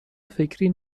فکری